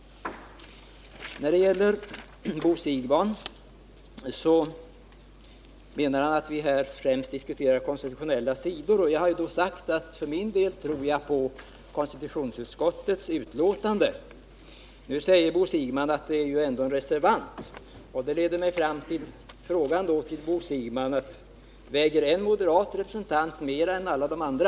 Bo Siegbahn menar att vi här främst diskuterar konstitutionella sidor. Jag har då sagt att jag tror på konstitutionsutskottets betänkande. Bo Siegbahn betonar att det ändå finns en reservant. Det leder mig fram till en fråga till Bo Siegbahn: Väger en moderat representant mer än alla de andra?